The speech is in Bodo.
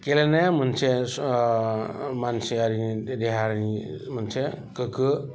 गेलेनाया मोनसे ओ मानसियारिनि देहानि मोनसे गोगो